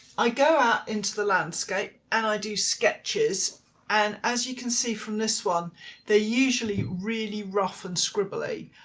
i go out into the landscape and i do sketches and as you can see from this one they're usually really rough and scribbly,